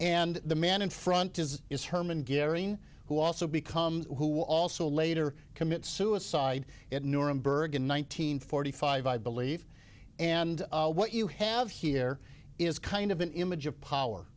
and the man in front is is herman gehring who also becomes who also later commits suicide at nuremberg in one nine hundred forty five i believe and what you have here is kind of an image of power